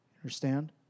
Understand